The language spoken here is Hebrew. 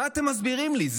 מה אתם מסבירים לי?